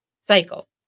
cycle